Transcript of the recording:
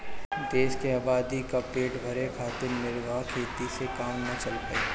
देश के आबादी क पेट भरे खातिर निर्वाह खेती से काम ना चल पाई